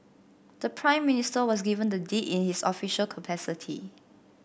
the Prime Minister was given the deed in his official capacity